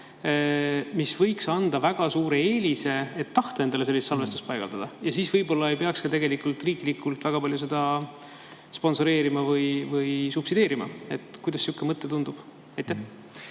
mis võiks anda väga suure eelise, et tahta endale sellist salvestust paigaldada. Siis võib-olla ei peaks tegelikult riiklikult väga palju seda sponsoreerima või subsideerima. Kuidas sihuke mõte tundub? Aitäh,